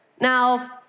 Now